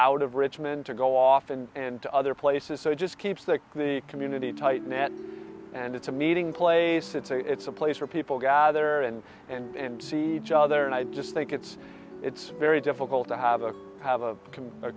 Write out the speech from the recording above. out of richmond to go off and to other places so it just keeps that the community tight knit and it's a meeting place it's a it's a place where people gather and and see each other and i just think it's it's very difficult to have a have a